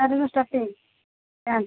ସାରିରୁ starting pant